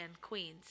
Queens